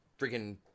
freaking